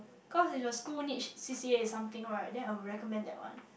cause if the school niche C_C_A in something right then I will recommend that one